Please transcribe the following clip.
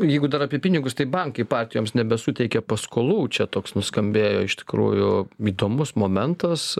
jeigu dar apie pinigus tai bankai partijoms nebesuteikia paskolų čia toks nuskambėjo iš tikrųjų įdomus momentas